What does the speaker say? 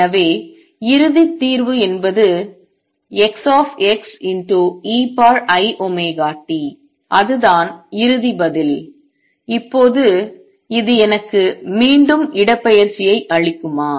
எனவே இறுதி தீர்வு என்பது Xeiωt அதுதான் இறுதி பதில் இப்போது இது எனக்கு மீண்டும் இடப்பெயர்ச்சியை அளிக்குமா